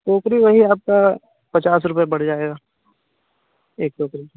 टोकरी वही आपका पचास रुपये बढ़ जाएगा एक टोकरी